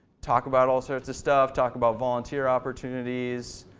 talk about all sorts of stuff, talk about volunteer opportunities.